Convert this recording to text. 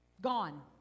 Gone